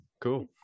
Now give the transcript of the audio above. cool